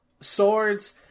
swords